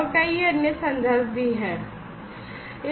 और कई अन्य संदर्भ भी हैं